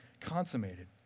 consummated